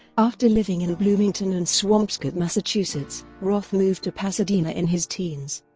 after living in bloomington and swampscott, massachusetts, roth moved to pasadena in his teens.